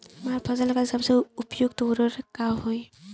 हमार फसल खातिर सबसे उपयुक्त उर्वरक का होई?